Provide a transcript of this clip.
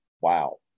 wow